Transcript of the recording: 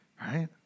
right